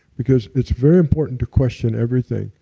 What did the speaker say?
because it's very important to question everything,